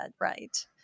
right